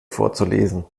vorzulesen